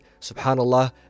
subhanAllah